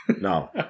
No